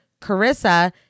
Carissa